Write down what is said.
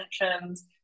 intentions